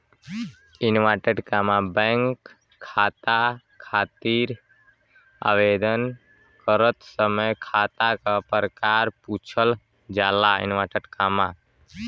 bank खाता खातिर आवेदन करत समय खाता क प्रकार पूछल जाला